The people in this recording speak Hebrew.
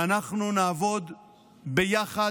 ואנחנו נעבוד ביחד,